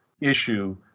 issue